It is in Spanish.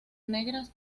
negras